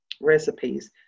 recipes